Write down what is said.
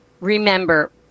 remember